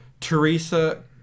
Teresa